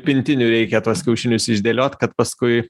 pintinių reikia tuos kiaušinius išdėliot kad paskui